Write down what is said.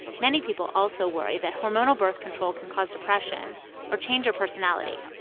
many people also worry that hormonal birth control can cause depression or change your personality,